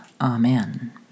amen